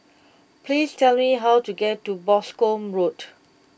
please tell me how to get to Boscombe Road